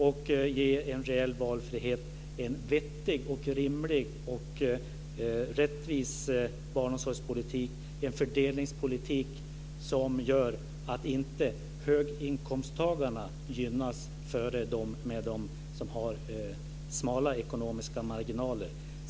Vi ger en reell valfrihet, en vettig, rimlig och rättvis barnomsorgspolitik, en fördelningspolitik som gör att inte höginkomsttagarna gynnas före dem som har smala ekonomiska marginaler.